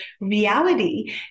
reality